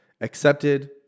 accepted